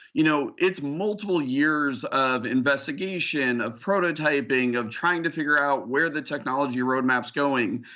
you know it's multiple years of investigation, of prototyping, of trying to figure out where the technology roadmap's going.